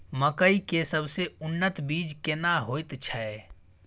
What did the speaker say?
मकई के सबसे उन्नत बीज केना होयत छै?